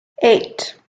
eight